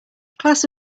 class